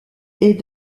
est